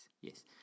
Yes